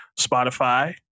Spotify